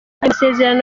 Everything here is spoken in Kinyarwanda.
masezerano